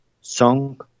song